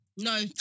No